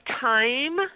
time